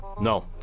no